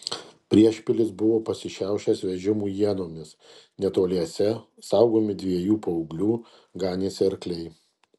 priešpilis buvo pasišiaušęs vežimų ienomis netoliese saugomi dviejų paauglių ganėsi arkliai